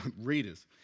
readers